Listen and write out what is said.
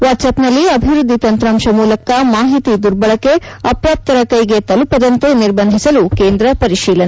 ವಾಟ್ಲೆಆ್ವಪ್ನಲ್ಲಿ ಅಭಿವೃದ್ದಿ ತಂತ್ರಾಂಶ ಮೂಲಕ ಮಾಹಿತಿ ದುರ್ಬಳಕೆ ಅಪಾತ್ರರರ ಕೈಗೆ ತಲುಪದಂತೆ ನಿರ್ಬಂಧಿಸಲು ಕೇಂದ್ರ ಪರಿಶೀಲನೆ